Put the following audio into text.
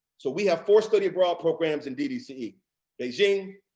so we have four study abroad programs in ddce beijing,